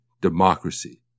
democracy